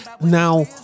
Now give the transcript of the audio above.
Now